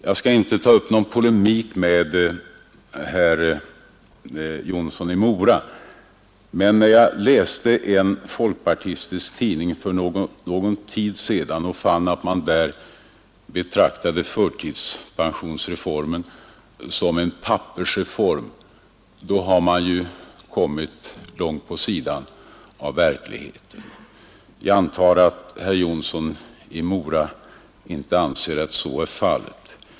Jag skall inte ta upp någon polemik med herr Jonsson i Mora, men när jag läste en folkpartistisk tidning för någon tid sedan fann jag att man där betraktade förtidspensionsreformen som en pappersreform. Då har man ju kommit långt på sidan av verkligheten. Jag antar att herr Jonsson i Mora inte anser att det är en pappersreform.